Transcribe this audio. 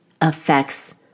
affects